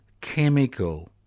chemical